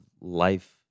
life